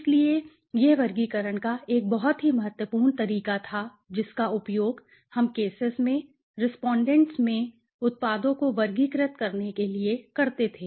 इसलिए यह वर्गीकरण का एक बहुत ही महत्वपूर्ण तरीका था जिसका उपयोग हम केसेस में रेस्पोंडेंट्स में उत्पादों को वर्गीकृत करने के लिए करते थे